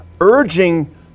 urging